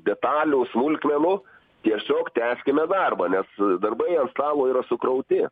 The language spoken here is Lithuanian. detalių smulkmenų tiesiog tęskime darbą nes darbai ant stalo yra sukrauti